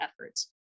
efforts